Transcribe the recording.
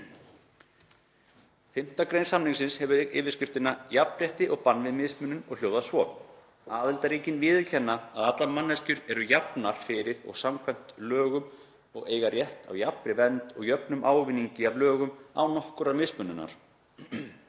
5. gr. samningsins hefur yfirskriftina „Jafnrétti og bann við mismunun” og hljóðar svo: 1. Aðildarríkin viðurkenna að allar manneskjur eru jafnar fyrir og samkvæmt lögum og eiga rétt á jafnri vernd og jöfnum ávinningi af lögum án nokkurrar mismununar.